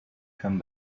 come